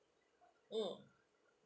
mm